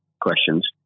questions